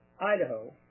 Idaho